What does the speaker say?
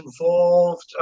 involved